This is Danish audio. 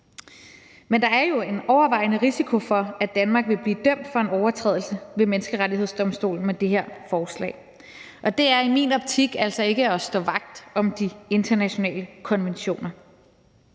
Men der er jo en overvejende risiko for, at Danmark vil blive dømt for en overtrædelse af menneskerettighederne ved Menneskerettighedsdomstolen med det her forslag, og det er altså i min optik ikke at stå vagt om de internationale konventioner.